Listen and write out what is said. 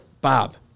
Bob